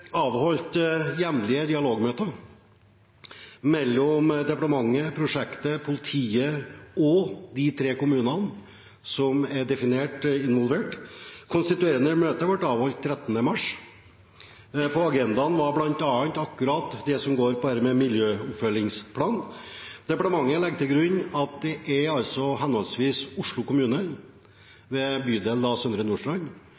avholdt jevnlige dialogmøter mellom departementet, prosjektet, politiet og de tre kommunene som er definert til å være involvert. Konstituerende møte ble avholdt 13. mars. På agendaen var bl.a. akkurat det som handler om miljøoppfølgingsplan. Departementet legger til grunn at det er henholdsvis Oslo kommune, ved bydel Søndre Nordstrand,